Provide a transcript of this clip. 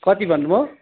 कति भन्नु भयो